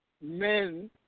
men